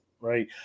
right